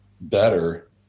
better